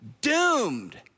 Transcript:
doomed